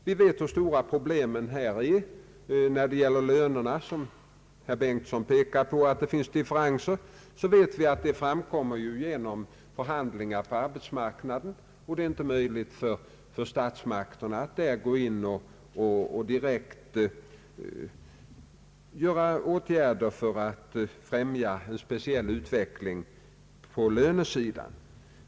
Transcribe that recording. Vi vet hur stora problemen här är. Herr Bengtson pekar på att det finns differenser i fråga om lönerna. Vi vet att avtalen tillkommer genom förhandlingar på arbetsmarknaden, och det är inte möjligt för statsmakterna att gå in direkt och vidta åtgärder för att främja en speciell utveckling på lönesidan.